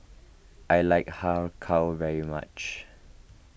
I like Har Kow very much